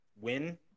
win